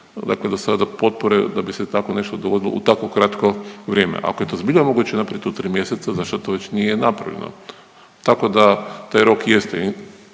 dakle do sada potpore da bi se tako nešto dogodilo u tako kratko vrijeme. Ako je to zbilja moguće napraviti u tri mjeseca, zašto to već nije napravljeno. Tako da taj rok jeste